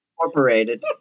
Incorporated